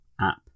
app